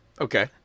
Okay